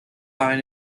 line